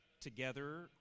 together